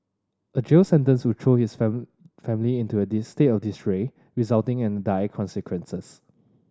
a jail sentence would throw his family into a of disarray resulting in dire consequences